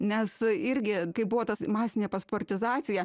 nes irgi kaip buvo tas masinė pasportizacija